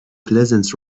pleasant